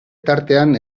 tartean